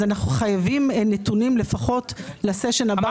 אנחנו חייבים נתונים לפחות לסשן הבא